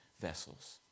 vessels